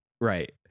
Right